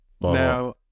now